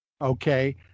Okay